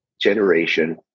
generation